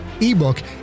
ebook